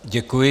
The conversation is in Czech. Děkuji.